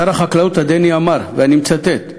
שר החקלאות הדני אמר, ואני מצטט: